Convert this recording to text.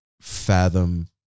fathom